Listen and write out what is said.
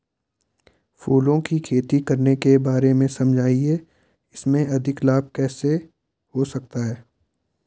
फूलों की खेती करने के बारे में समझाइये इसमें अधिक लाभ कैसे हो सकता है?